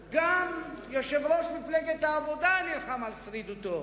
גם יושב-ראש מפלגת העבודה נלחם על שרידותו.